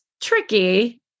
tricky